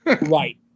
Right